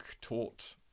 taught